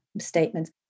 statements